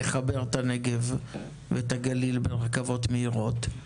לחבר את הנגב ואת הגליל ברכבות מהירות,